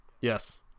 Yes